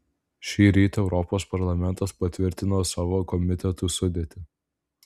šįryt europos parlamentas patvirtino savo komitetų sudėtį